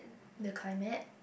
the climate